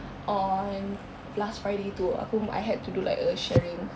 on last friday tu aku I had to do like a sharing